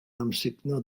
amsugno